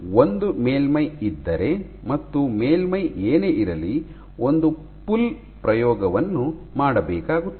ಒಂದು ಮೇಲ್ಮೈ ಇದ್ದರೆ ಮತ್ತು ಮೇಲ್ಮೈ ಏನೇ ಇರಲಿ ಒಂದು ಪುಲ್ ಪ್ರಯೋಗವನ್ನು ಮಾಡಬೇಕಾಗುತ್ತದೆ